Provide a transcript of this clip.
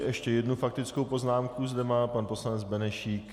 Ještě jednu faktickou poznámku zde má pan poslanec Benešík.